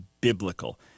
biblical